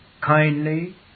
kindly